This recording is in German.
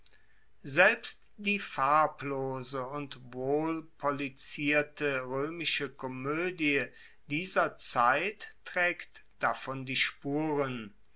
selbst die farblose und wohlpolizierte roemische komoedie dieser zeit traegt davon die spuren